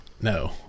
no